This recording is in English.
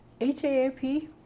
HAAP